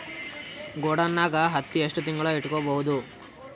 ಗೊಡಾನ ನಾಗ್ ಹತ್ತಿ ಎಷ್ಟು ತಿಂಗಳ ಇಟ್ಕೊ ಬಹುದು?